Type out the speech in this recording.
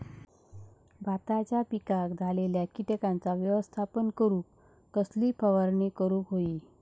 भाताच्या पिकांक झालेल्या किटकांचा व्यवस्थापन करूक कसली फवारणी करूक होई?